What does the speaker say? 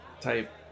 type